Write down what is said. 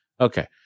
Okay